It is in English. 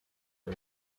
the